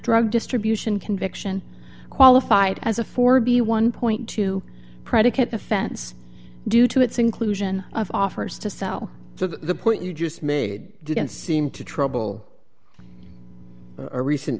drug distribution conviction qualified as a four b one point two predicate offense due to its inclusion of offers to sell to the point you just made didn't seem to trouble a recent